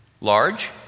large